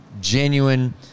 genuine